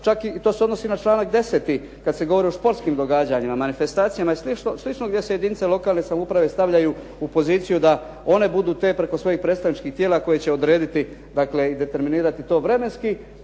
čak i, to se odnosi na članak 10. kad se govori o športskim događanjima, manifestacijama i slično gdje se jedinice lokalne samouprave stavljaju u poziciju da one budu te preko svojih predstavničkih tijela koje će odrediti dakle i determinirati to vremenski